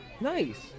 Nice